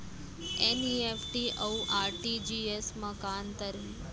NEFT अऊ RTGS मा का अंतर हे?